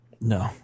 No